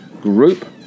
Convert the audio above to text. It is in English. Group